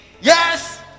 yes